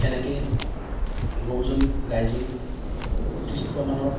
কেনেকে গৰুজনীক গাইজনীক উৎকৃষ্টমানৰ